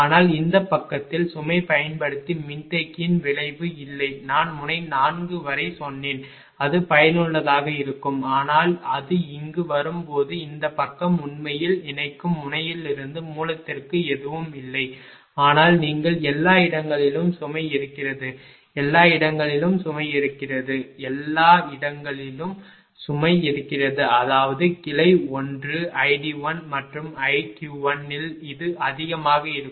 ஆனால் இந்த பக்கத்தில் சுமை பயன்படுத்தி மின்தேக்கியின் விளைவு இல்லை நான் முனை 4 வரை சொன்னேன் அது பயனுள்ளதாக இருக்கும் ஆனால் அது இங்கு வரும் போது இந்த பக்கம் உண்மையில் இணைக்கும் முனையிலிருந்து மூலத்திற்கு எதுவும் இல்லை ஆனால் நீங்கள் எல்லா இடங்களிலும் சுமை இருக்கிறது எல்லா இடங்களிலும் சுமை இருக்கிறது எல்லா இடங்களிலும் சுமை இருக்கிறது அதாவது கிளை 1 id1 மற்றும் iq1 இல் இது அதிகமாக இருக்கும்